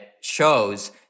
shows